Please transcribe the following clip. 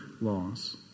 laws